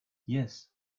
yes